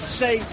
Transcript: say